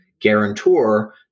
guarantor